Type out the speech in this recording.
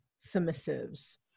submissives